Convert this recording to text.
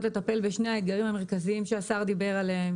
לטפל בשני האתגרים המרכזיים שהשר דיבר עליהם.